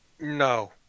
no